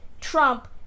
trump